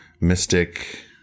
mystic